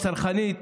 הצרכנית,